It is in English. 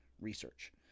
research